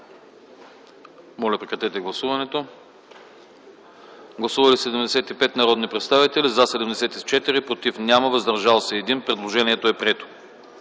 доклада. Гласували 75 народни представители: за 74, против няма, въздържал се 1. Предложението е прието.